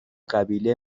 قبیله